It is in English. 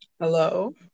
Hello